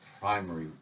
primary